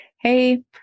hey